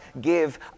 give